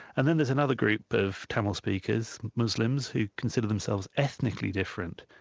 and then there's another group of tamil speakers, muslims, who consider themselves ethnically different.